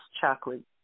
chocolate